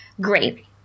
great